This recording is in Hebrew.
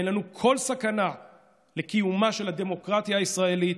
אין לנו כל סכנה לקיומה של הדמוקרטיה הישראלית,